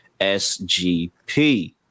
sgp